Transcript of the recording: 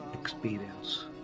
experience